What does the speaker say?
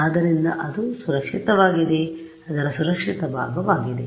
ಆದ್ದರಿಂದ ಅದು ಸುರಕ್ಷಿತವಾಗಿದೆ ಅದರ ಸುರಕ್ಷಿತ ಭಾಗವಾಗಿದೆ